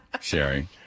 Sherry